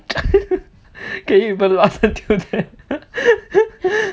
can you even laugh